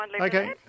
Okay